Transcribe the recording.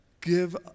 give